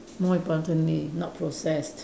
more importantly not processed